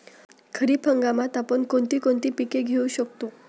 खरीप हंगामात आपण कोणती कोणती पीक घेऊ शकतो?